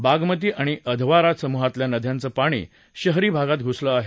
बागमती आणि अधवारा समुहातल्या नद्यांचं पाणी शहरी भागात घुसल आहे